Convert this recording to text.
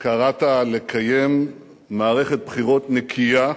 קראת לקיים מערכת בחירות נקייה,